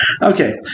Okay